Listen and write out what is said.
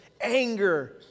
anger